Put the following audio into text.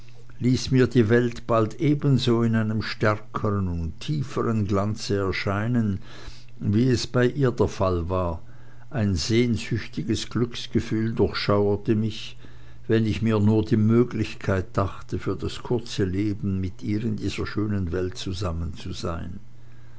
ließ mir die welt bald ebenso in einem stärkern und tiefern glanze erscheinen wie es bei ihr der fall war ein sehnsüchtiges glücksgefühl durchschauerte mich wenn ich mir nur die möglichkeit dachte für das kurze leben mit ihr in dieser schönen welt zusammen zu sein